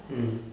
mm